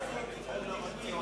בקדנציה הבאה זה יהיה תיקון ליקויים.